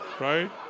Right